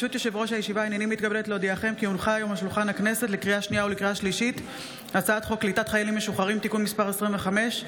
אני קובע כי המלצת ועדת הכספים לקבל את בקשת הממשלה